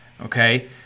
okay